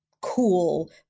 cool